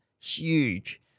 huge